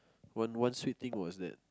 one one sweet thing was that